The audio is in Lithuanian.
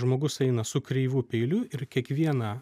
žmogus eina su kreivu peiliu ir kiekvieną